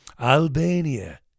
Albania